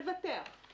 לבטח.